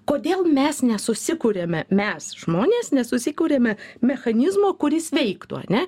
kodėl mes nesusikuriame mes žmonės nesusikuriame mechanizmo kuris veiktų ane